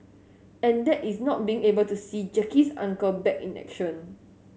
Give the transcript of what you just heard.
and that is not being able to see Jackie's Uncle back in action